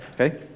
okay